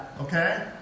okay